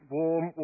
warm